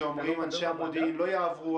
שאומרים שאנשי המודיעין לא יעברו.